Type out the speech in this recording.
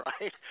Right